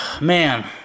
Man